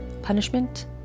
punishment